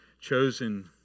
chosen